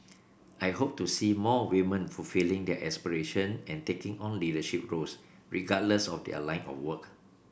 I hope to see more women fulfilling their aspiration and taking on leadership roles regardless of their line of work